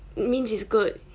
means it's good